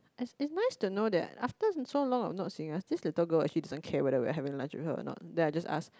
it's nice to know that after so long of not seeing us this little girl actually doesn't care whether we are having lunch with her or not then I just ask